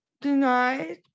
denied